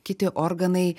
kiti organai